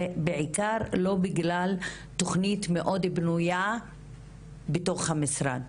בעיקר לא בגלל תוכנית מאוד בנויה בתוך המשרד.